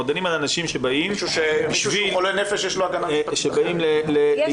אנחנו דנים על אנשים שמסיבות שונות באים להתגרות.